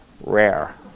rare